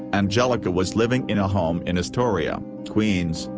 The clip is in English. anjelica was living in a home in astoria, queens,